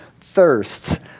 thirsts